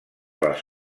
les